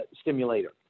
stimulator